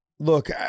Look